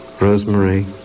Rosemary